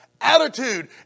Attitude